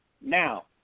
now